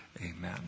Amen